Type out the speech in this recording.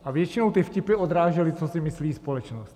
A většinou ty vtipy odrážely, co si myslí společnost.